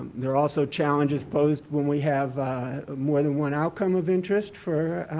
there are also challenges posed when we have more than one outcome of interest for